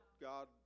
God